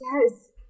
yes